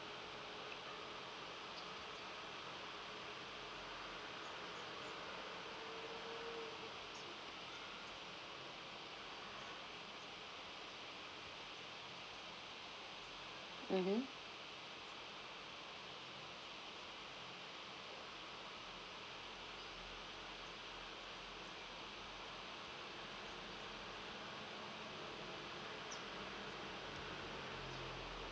mmhmm